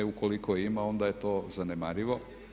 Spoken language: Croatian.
Ukoliko je ima onda je to zanemarivo.